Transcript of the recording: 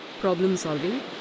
problem-solving